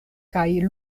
kaj